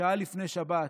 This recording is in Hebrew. שעה לפני שבת,